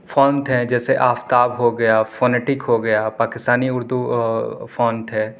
font ہے جیسے آفتاب ہو گیا فونیٹک ہو گیا پاکستانی اردو فونٹ ہے